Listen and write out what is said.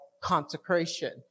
consecration